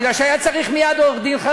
בגלל שהיה צריך מייד עורך-דין,